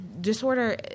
disorder